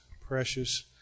precious